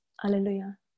Hallelujah